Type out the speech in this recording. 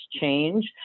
change